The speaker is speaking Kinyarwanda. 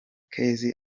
kezi